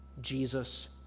Jesus